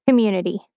community